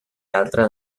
altra